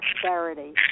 prosperity